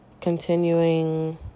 continuing